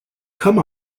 come